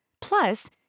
Plus